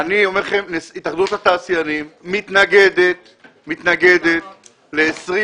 אני אומר לכם שהתאחדות התעשיינים מתנגדת ל-20